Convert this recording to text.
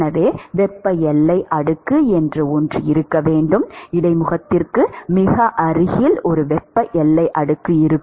எனவே வெப்ப எல்லை அடுக்கு என்று ஒன்று இருக்க வேண்டும் இடைமுகத்திற்கு மிக அருகில் ஒரு வெப்ப எல்லை அடுக்கு இருக்கும்